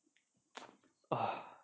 ah